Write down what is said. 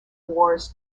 wars